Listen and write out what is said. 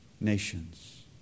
nations